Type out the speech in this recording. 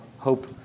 hope